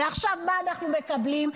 ועכשיו מה אנחנו מקבלים?